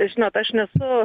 žinot aš nesu